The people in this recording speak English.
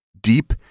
deep